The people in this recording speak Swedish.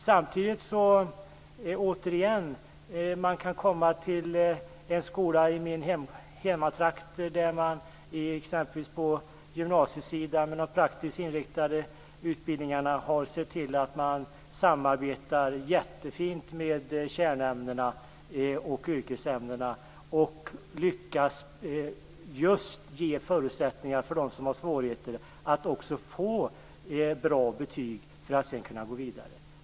Samtidigt är det återigen så att man kan komma till en skola i min hemtrakt där man exempelvis på gymnasiesidan i de praktiskt inriktade utbildningarna har sett till att man samarbetar jättefint mellan kärnämnena och yrkesämnena. Man lyckas ge förutsättningar just för dem som har svårigheter att också få bra betyg så att de skall kunna gå vidare.